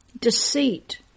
Deceit